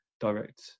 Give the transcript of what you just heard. direct